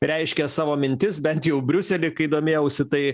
reiškia savo mintis bent jau briusely kai domėjausi tai